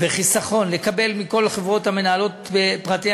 וחיסכון לקבל מכל החברות המנהלות פרטי